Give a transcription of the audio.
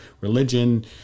religion